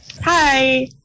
hi